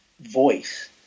voice